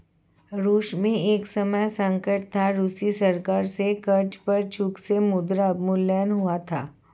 रूस में एक समय संकट था, रूसी सरकार से कर्ज पर चूक से मुद्रा अवमूल्यन हुआ था